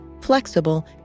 flexible